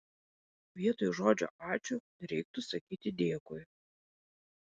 vietoj žodžio ačiū reiktų sakyti dėkui